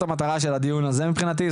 וזאת המטרה של הדיון הזה מבחינתי,